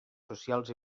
socials